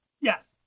Yes